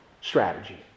strategy